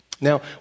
Now